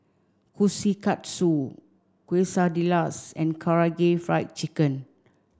Kushikatsu Quesadillas and Karaage Fried Chicken